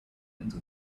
into